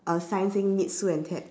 a sign saying meet sue and ted